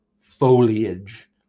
Foliage